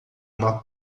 uma